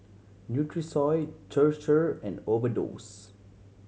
Nutrisoy Chir Chir and Overdose